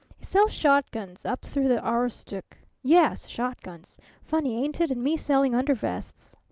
sells shotguns up through the aroostook. yes, shotguns! funny, ain't it, and me selling undervests?